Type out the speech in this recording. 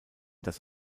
das